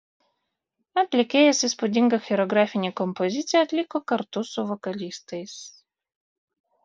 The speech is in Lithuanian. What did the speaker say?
atlikėjas įspūdingą choreografinę kompoziciją atliko kartu su vokalistais